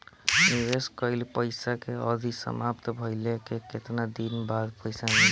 निवेश कइल पइसा के अवधि समाप्त भइले के केतना दिन बाद पइसा मिली?